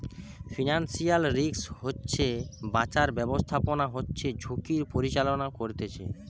financial risk হইতে বাঁচার ব্যাবস্থাপনা হচ্ছে ঝুঁকির পরিচালনা করতিছে